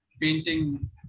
painting